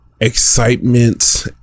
excitement